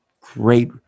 great